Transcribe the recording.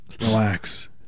Relax